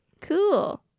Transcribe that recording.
Cool